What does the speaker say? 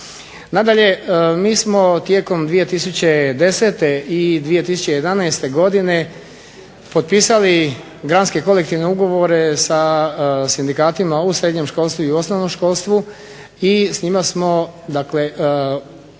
Nadalje, mi smo tijekom 2010. i 2011. godine potpisali granske kolektivne ugovore sa sindikatima u osnovnoškolskim i srednjoškolskim i s njima smo u granskim